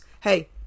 Hey